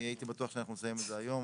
אני הייתי בטוח שאנחנו נסיים את זה היום,